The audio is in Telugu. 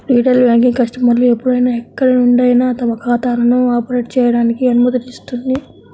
రిటైల్ బ్యాంకింగ్ కస్టమర్లు ఎప్పుడైనా ఎక్కడి నుండైనా తమ ఖాతాలను ఆపరేట్ చేయడానికి అనుమతిస్తుంది